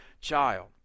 child